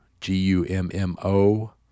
g-u-m-m-o